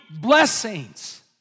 blessings